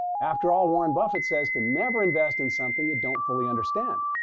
after all, warren buffett says to never invest in something you don't fully understand.